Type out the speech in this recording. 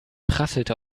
prasselte